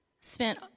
spent